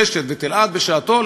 "רשת" ו"טלעד" בשעתם,